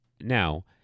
Now